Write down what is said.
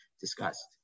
discussed